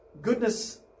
Goodness